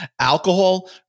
alcohol